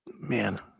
man